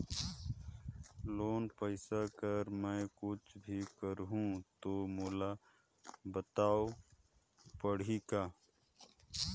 Loan पइसा कर मै कुछ भी करहु तो मोला बताव पड़ही का?